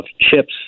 chips